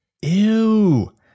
Ew